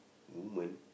woman